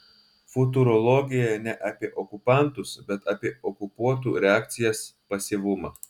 futurologija ne apie okupantus bet apie okupuotų reakcijas pasyvumą